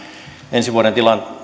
ensi vuoden